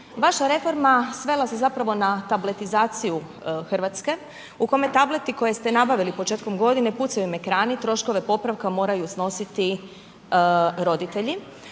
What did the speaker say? Vaša reforma svela se zapravo na tabletizaciju Hrvatske, u kome tableti koje ste nabavili početkom godine, pucaju im ekrani, troškove popravka moraju snositi roditelji.